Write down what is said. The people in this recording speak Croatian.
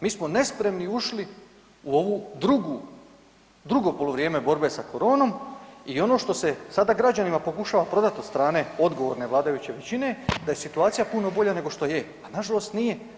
Mi smo nespremni ušli u ovu drugu, drugo poluvrijeme borbe sa koronom i ono što se sada građanima pokušava prodat od strane odgovorne vladajuće većine da je situacija puno bolja nego što je, a nažalost nije.